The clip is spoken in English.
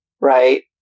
right